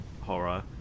horror